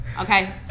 Okay